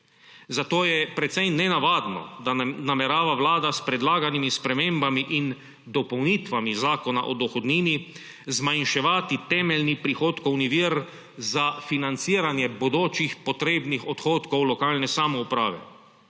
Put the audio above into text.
Zato je precej nenavadno, da namerava Vlada s predlaganimi spremembami in dopolnitvami Zakona o dohodnini zmanjševati temeljni prihodkovni vir za financiraje bodočih potrebnih odhodkov lokalne samouprave.